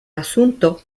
asunto